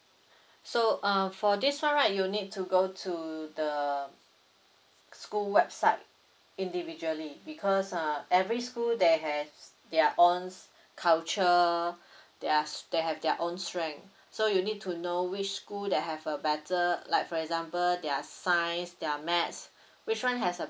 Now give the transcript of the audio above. so uh for this [one] right you need to go to the school website individually because uh every school they has their own culture they has they have their own strength so you need to know which school that have a better like for example there are science there are math which one has a